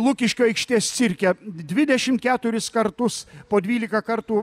lukiškių aikštės cirke dvidešimt keturis kartus po dvylika kartų